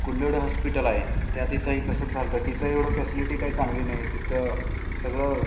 Kulloli hospital आहे त्या तिथंही तसंच झालं होतं तिथं एवढं फॅसिलिटी काही चांगली नाही आहे तिथं सगळं